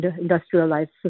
industrialized